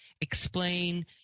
explain